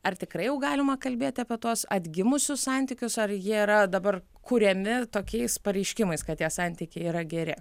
ar tikrai jau galima kalbėti apie tuos atgimusius santykius ar jie yra dabar kuriami tokiais pareiškimais kad tie santykiai yra geri